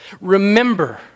Remember